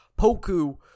Poku